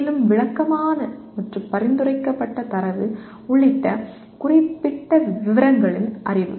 மேலும் விளக்கமான மற்றும் பரிந்துரைக்கப்பட்ட தரவு உள்ளிட்ட குறிப்பிட்ட விவரங்களின் அறிவு